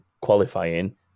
qualifying